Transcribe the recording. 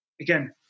again